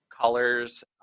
colors